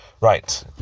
Right